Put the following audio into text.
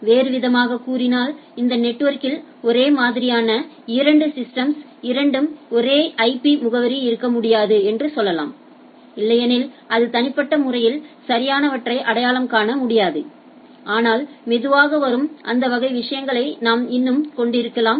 வேறுவிதமாகக் கூறினால் இந்த நெட்வொர்க்கில் ஒரே மாதிரியான இரண்டு சிஸ்டம்ஸ்களுக்கு இரண்டு ஒரே ஐபி முகவரி இருக்க முடியாது என்று சொல்லலாம் இல்லையெனில்அது தனிப்பட்ட முறையில் சரியானவற்றை அடையாளம் காண முடியாது ஆனால் மெதுவாக வரும் அந்த வகை விஷயங்களை நாம் இன்னும் கொண்டிருக்கிறோம்